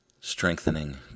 strengthening